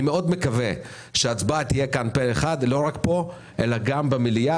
אני מאוד מקווה שההצבעה תהיה פה אחד לא רק פה אלא גם במליאה,